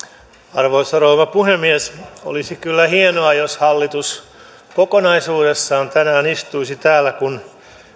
arvoisa rouva puhemies olisi kyllä hienoa jos hallitus kokonaisuudessaan tänään istuisi täällä kun